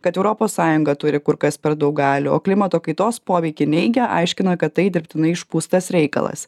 kad europos sąjunga turi kur kas per daug galių o klimato kaitos poveikį neigia aiškina kad tai dirbtinai išpūstas reikalas